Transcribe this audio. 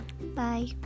Bye